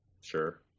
Sure